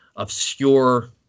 obscure